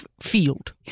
field